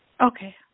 Okay